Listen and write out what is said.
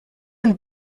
and